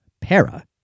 Para